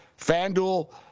FanDuel